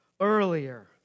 earlier